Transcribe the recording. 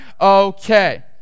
okay